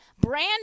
brand